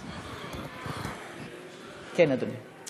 כן, אדוני.